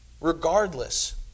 Regardless